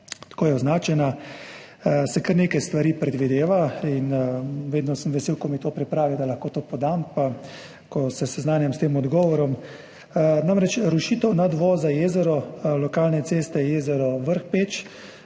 tako je označena, se kar nekaj stvari predvideva. Vedno sem vesel, ko mi to pripravijo, da lahko to podam, pa ko se seznanjam s tem odgovorom. Namreč, rušitev nadvoza Jezero, lokalne ceste Jezero–Vrhpeč,